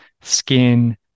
skin